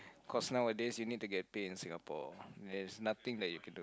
cause nowadays you need to get paid in Singapore there's nothing that you don't